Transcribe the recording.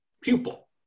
pupil